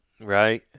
Right